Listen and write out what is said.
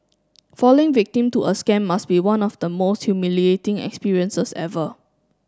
falling victim to a scam must be one of the most humiliating experiences ever